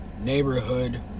neighborhood